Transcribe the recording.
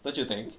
don't you think